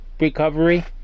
recovery